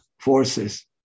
forces